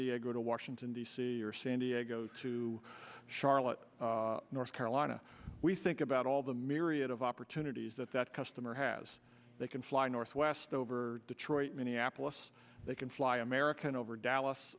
diego to washington d c or san diego to charlotte north carolina we think about all the myriad of opportunities that that customer has they can fly northwest over detroit minneapolis they can fly american over dallas